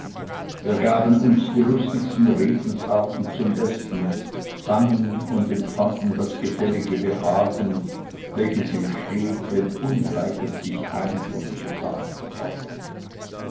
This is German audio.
wir gaben uns die lustigsten redensarten zum besten sangen und empfanden das gefällige behagen welches entsteht wenn ungleiches sich eint und zusammen freut